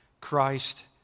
Christ